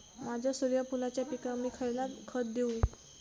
माझ्या सूर्यफुलाच्या पिकाक मी खयला खत देवू?